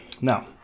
Now